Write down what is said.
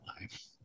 life